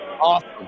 Awesome